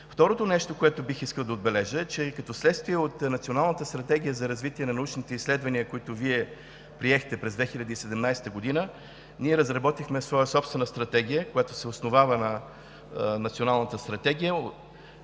Второто нещо, което бих искал да отбележа, е, че като следствие от Националната стратегия за развитие на научните изследвания, които Вие приехте през 2017 г., ние разработихме своя собствена стратегия, която се основава на Националната стратегия